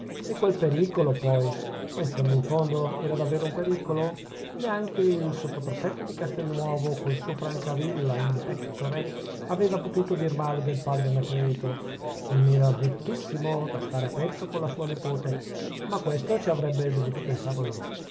e quel pericolo poi ma in fondo in fondo era davvero un pericolo neanche il sottoprefetto di castelnuovo col suo francavilla in pectore aveva potuto dir male del padre anacleto non era ricchissimo da stare a petto con la sua nepote ma a questo ci avrebbe dovuto pensar lei